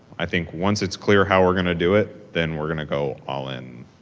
i think once it's clear how are going to do it, then we're going to go all in,